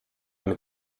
mit